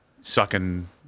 sucking